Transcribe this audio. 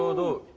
the